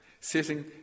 Sitting